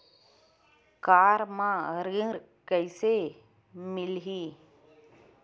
Car म ऋण कइसे मिलही?